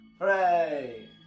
Hooray